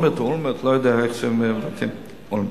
הוא,